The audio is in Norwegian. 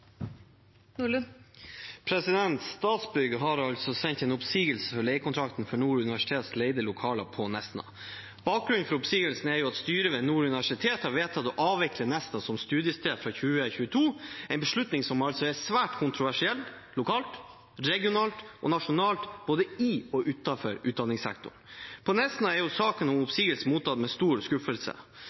gjort. Statsbygg har altså sendt en oppsigelse av leiekontrakten for Nord universitets leide lokaler på Nesna. Bakgrunnen for oppsigelsen er at styret ved Nord universitet har vedtatt å avvikle Nesna som studiested fra 2022, en beslutning som er svært kontroversiell lokalt, regionalt og nasjonalt både i og utenfor utdanningssektoren. På Nesna er saken om oppsigelse mottatt med stor skuffelse.